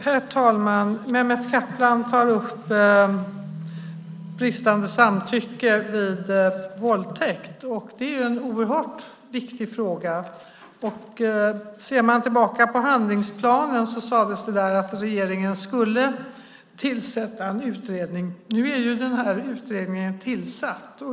Herr talman! Mehmet Kaplan tar upp bristande samtycke vid våldtäkt. Det är en oerhört viktig fråga. Ser man tillbaka på handlingsplanen sades det där att regeringen skulle tillsätta en utredning. Nu är ju utredningen tillsatt.